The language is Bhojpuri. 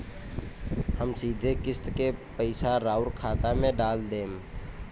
हम सीधे किस्त के पइसा राउर खाता में डाल देम?